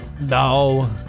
No